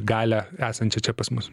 galią esančią čia pas mus